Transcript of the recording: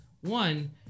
one